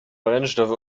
brennstoff